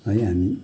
है हामी